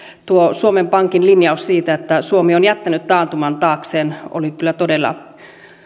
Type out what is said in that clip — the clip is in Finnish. tuo suomen pankin linjaus siitä että suomi on jättänyt taantuman taakseen oli kyllä todella